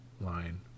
line